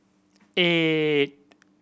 eight